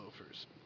loafers